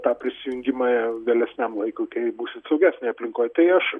tą prisijungimą vėlesniam laikui kai būsit saugesnėj aplinkoj tai aš